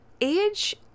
Age